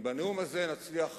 אם בנאום הזה נצליח